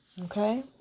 okay